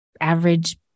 average